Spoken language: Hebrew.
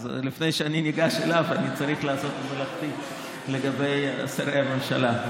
אז לפני שאני ניגש אליו אני צריך לעשות את מלאכתי לגבי שרי הממשלה.